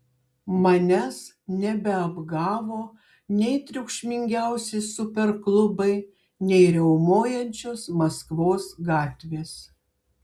manęs nebeapgavo nei triukšmingiausi superklubai nei riaumojančios maskvos gatvės